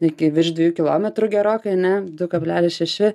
iki virš dviejų kilometrų gerokai ane du kablelis šeši